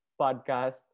podcast